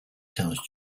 tells